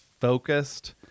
focused